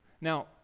now